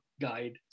guide